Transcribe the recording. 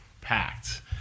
packed